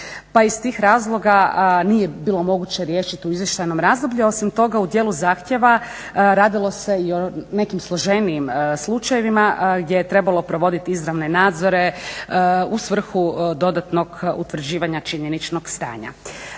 pa iz tih razloga nije bilo moguće riješiti u izvještajnom razdoblju, a osim toga u dijelu zahtjeva radilo se i o nekim složenijim slučajevima gdje je trebalo provodit izravne nadzore u svrhu dodatnog utvrđivanja činjeničnog stanja.